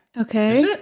okay